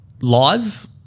live